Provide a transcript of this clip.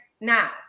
now